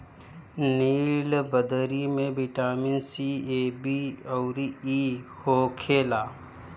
नीलबदरी में vitamin C, A, B अउरी इ होखेला